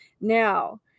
Now